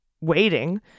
waiting